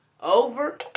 over